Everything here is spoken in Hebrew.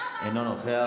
אינו נוכח.